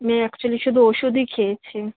আমি অ্যাকচুয়ালি শুধু ওষুধই খেয়েছি